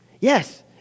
Yes